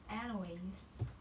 anyways